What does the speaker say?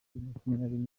makumyabiri